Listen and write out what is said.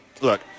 look